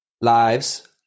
lives